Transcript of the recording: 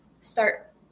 start